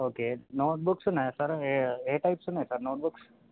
okay notebooks ఉన్నాయా sir ఏ ఏ టైప్స్ ఉన్నాయి సార్ నోట్బుక్స్